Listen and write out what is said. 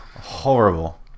horrible